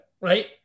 right